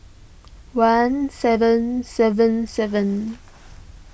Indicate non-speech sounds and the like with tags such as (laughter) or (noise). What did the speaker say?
one seven seven seven (noise)